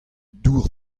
dour